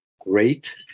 great